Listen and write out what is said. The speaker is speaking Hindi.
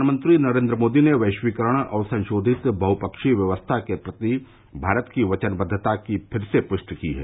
प्रधानमंत्री नरेन्द्र मोदी ने वैश्वीकरण और संशोधित बहुप्वीय व्यवस्था के प्रति भारत की वचनबद्दता की फिर से पुष्टि की है